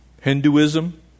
Hinduism